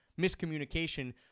miscommunication